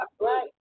right